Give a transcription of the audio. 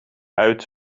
uit